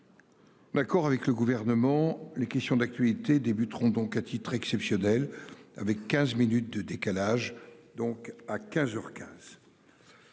D'accord avec le gouvernement, les questions d'actualité débuteront donc à titre exceptionnel avec 15 minutes de décalage donc à 15h 15.